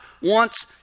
wants